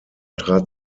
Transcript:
trat